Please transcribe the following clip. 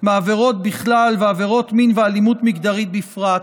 בעבירות בכלל ובעבירות מין ואלימות מגדרית בפרט.